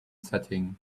setting